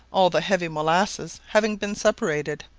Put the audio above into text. all the heavy molasses having been separated,